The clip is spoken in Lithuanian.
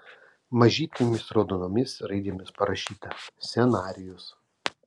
mažytėmis raudonomis raidėmis parašyta scenarijus